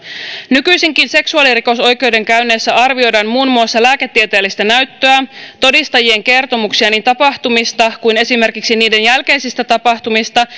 nykyisinkin seksuaalirikosoikeudenkäynneissä arvioidaan muun muassa lääketieteellistä näyttöä todistajien kertomuksia niin tapahtumista kuin esimerkiksi niiden jälkeisistä tapahtumista